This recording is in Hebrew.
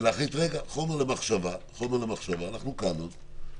כדי להחליט: רגע, חומר למחשבה, אנחנו כאן עוד,